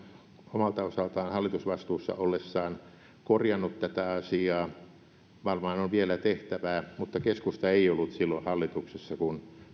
omalta osaltaan hallitusvastuussa ollessaan korjannut tätä asiaa varmaan on vielä tehtävää mutta keskusta ei ollut silloin hallituksessa kun